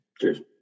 Cheers